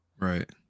Right